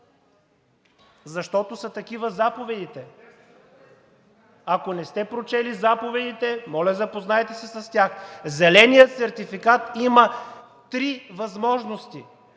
защото са такива заповедите. Ако не сте прочели заповедите, моля, запознайте се с тях. Зеленият сертификат има три възможности